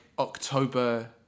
october